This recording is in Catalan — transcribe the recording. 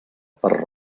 per